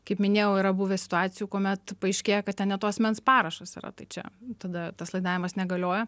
kaip minėjau yra buvę situacijų kuomet paaiškėja kad ten ne to asmens parašas yra tai čia tada tas laidavimas negalioja